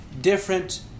different